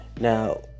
Now